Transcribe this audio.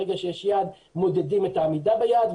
ברגע שיש יעד מודדים את העמידה ביעד,